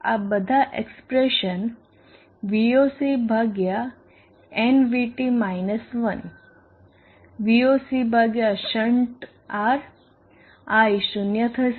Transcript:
આ બધા expression Voc ભાગ્યા nVT માયનસ 1 Voc ભાગ્યા શન્ટ R I 0 થશે